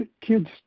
kids